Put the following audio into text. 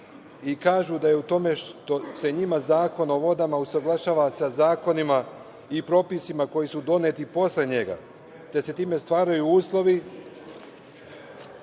i kažu da je u tome što se njima Zakon o vodama usaglašava sa zakonima i propisima koji su doneti posle njega, te se time stvaraju uslovi